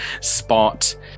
spot